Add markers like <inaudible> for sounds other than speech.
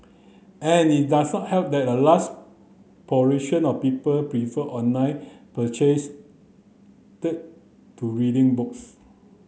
and it does not help that a last proportion of people prefer online <unintelligible> to reading books